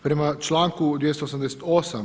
Prema članku 288.